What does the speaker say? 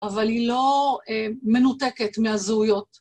אבל היא לא מנותקת מהזהויות.